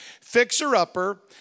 fixer-upper